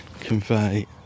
convey